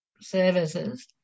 services